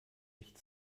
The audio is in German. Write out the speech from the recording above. nicht